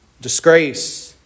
disgrace